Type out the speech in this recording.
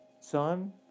son